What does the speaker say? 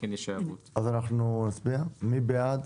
מי בעד?